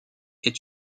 est